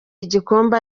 igikombe